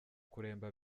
kuremba